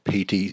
PT